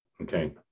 Okay